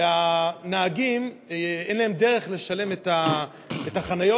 ולנהגים אין דרך לשלם על חניה.